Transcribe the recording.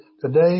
today